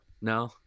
No